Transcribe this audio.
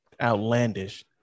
outlandish